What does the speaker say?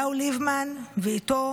אליהו ליבמן ואיתו